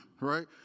right